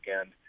end